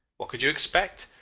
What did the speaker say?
what could you expect?